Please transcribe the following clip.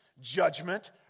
judgment